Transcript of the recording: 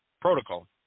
protocol